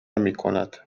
میکند